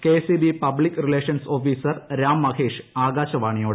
K S E B public relations officer Ram Mahesh ആകാശവാണിയോട്